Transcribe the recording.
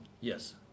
Yes